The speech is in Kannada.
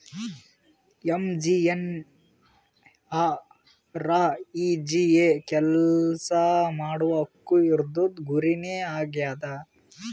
ಎಮ್.ಜಿ.ಎನ್.ಆರ್.ಈ.ಜಿ.ಎ ಕೆಲ್ಸಾ ಮಾಡುವ ಹಕ್ಕು ಇದೂರ್ದು ಗುರಿ ನೇ ಆಗ್ಯದ